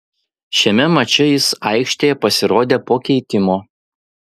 šiame mače jis aikštėje pasirodė po keitimo